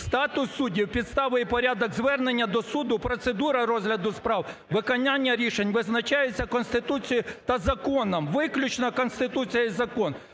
статус суддів, підстави і порядок звернення до суду, процедура розгляду справ, виконання рішень визначаються Конституцією та законом, виключно Конституція і закон.